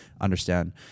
understand